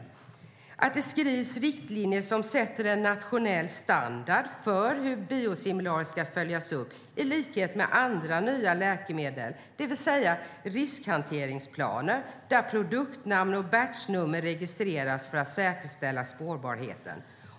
Det är också viktigt att det införs riktlinjer som fastställer en nationell standard för hur biosimilarer ska följas upp i likhet med andra nya läkemedel, det vill säga riskhanteringsplaner där produktnamn och batchnummer registreras för att säkerställa spårbarhet. Herr talman!